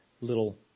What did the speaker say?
little